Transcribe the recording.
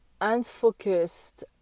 Unfocused